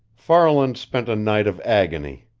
farland spent a night of agony.